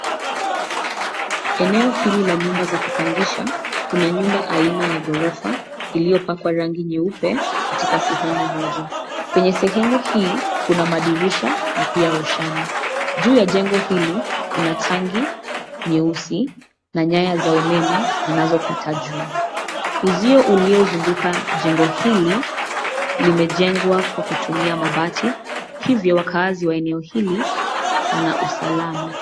Eneo hili la nyumba za kupangisha kuna nyumba aina ya ghorofa iliyopakwa rangi nyeupe katika sehemu moja. Kwenye sehemu hii kuna madirisha na pia roshani. Juu ya jengo hili kuna tangi nyeusi na nyaya za umeme zinazopita juu. Uzio uliozunguka jengo hili limejengwa kwa kutumia mabati hivyo wakaazi wa eneo hili wana usalama.